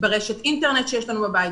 ברשת אינטרנט שיש לנו בבית,